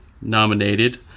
nominated